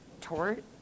tort